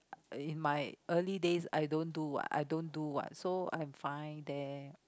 in my early days I don't do what I don't do what so I'm fine there